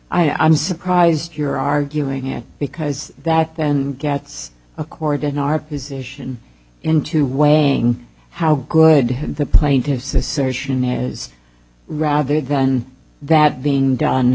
claim i'm surprised you're arguing it because that then gets a court in our position into weighing how good the plaintiff's decision is rather than that being done